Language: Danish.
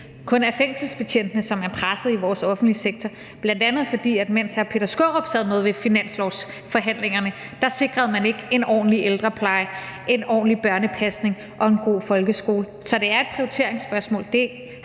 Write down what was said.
kun er fængselsbetjentene, som er pressede i vores offentlige sektor – bl.a. fordi at mens hr. Peter Skaarup sad med ved finanslovsforhandlingerne, sikrede man ikke en ordentlig ældrepleje, en ordentlig børnepasning og en god folkeskole. Så det er et prioriteringsspørgsmål.